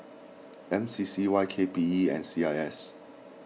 M C C Y K P E and C I S